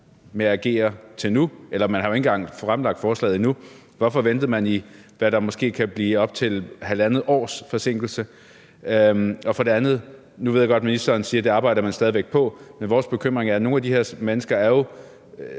med at agere indtil nu? Eller man har jo ikke engang fremlagt forslaget endnu. Hvorfor ventede man i, hvad der kan blive op til halvandet års forsinkelse? For det andet: Nu ved jeg godt, at ministeren siger, at det arbejder man stadig væk på, men vores bekymring er, i forhold til at nogle af de her mennesker jo